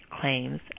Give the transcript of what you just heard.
claims